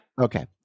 Okay